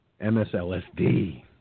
MSLSD